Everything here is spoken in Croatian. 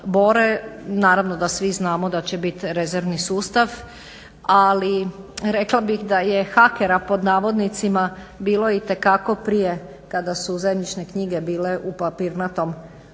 Naravno da svi znamo da će biti rezervni sustav, ali rekao bih da je hakera pod navodnicima bilo itekako prije kada su zemljišne knjige bile u papirnatom obliku,